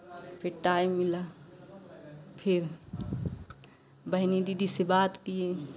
फिर टाएम मिला फिर बहिनी दीदी से बात किए